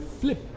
flip